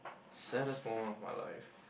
saddest moment of my life